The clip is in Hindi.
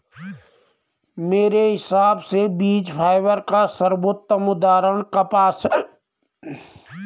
मेरे हिसाब से बीज फाइबर का सर्वोत्तम उदाहरण कपास है